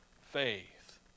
faith